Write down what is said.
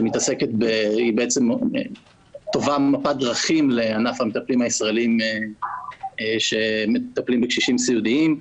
שבעצם טווה מפת דרכים לענף המטפלים הישראלים שמטפלים בקשישים סיעודיים.